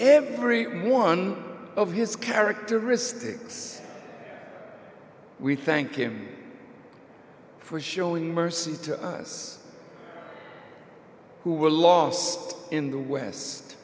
every one of his characteristics we thank him for showing mercy to us who were lost in the west